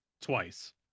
twice